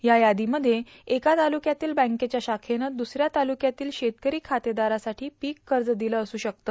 या यादीमध्ये एका तालुक्यातील बँकेच्या शाखेनं दुसऱ्या तालुक्यातील शेतकरी खातेदारासही पीक कर्ज दिलं अस्र शकते